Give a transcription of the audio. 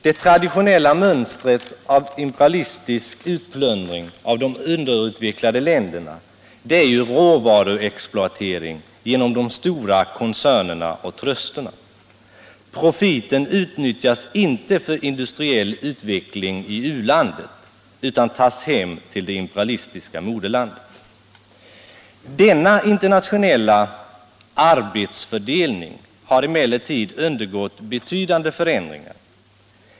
Det traditionella mönstret av imperialistisk utplundring av de underutvecklade länderna är ju råvaruexploatering genom de stora koncernerna och trusterna. Profiten utnyttjas inte för industriell utveckling i u-landet utan tas hem till det imperialistiska moderlandet. Denna internationella ”arbetsfördelning” har emellertid undergått betydande förändringar.